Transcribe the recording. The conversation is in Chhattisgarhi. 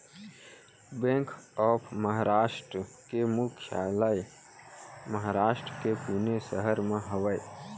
बेंक ऑफ महारास्ट के मुख्यालय महारास्ट के पुने सहर म हवय